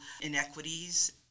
inequities